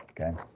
Okay